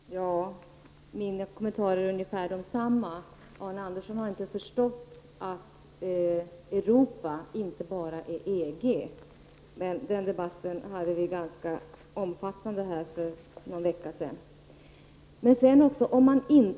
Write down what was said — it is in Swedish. Fru talman! Mina kommentarer är ungefär desamma som Jan-Olof Ragnarssons. Arne Andersson i Ljung har inte förstått att Europa inte bara består av EG. Vi förde en omfattande debatt om det för någon vecka sedan.